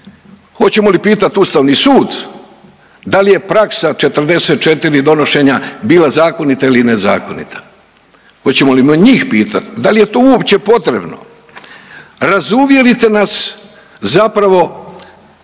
Hoćemo li pitat Ustavni sud da li je praksa 44 donošenja bila zakonita ili nezakonita? Hoćemo li njih pitat? Da li je to uopće potrebno? Razuvjerite nas zapravo